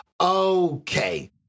Okay